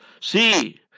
See